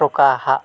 ᱯᱚᱠᱟ ᱦᱟᱜ